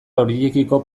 horiekiko